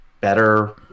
better